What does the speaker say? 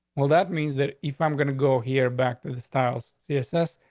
well, that means that if i'm gonna go here back to the styles css.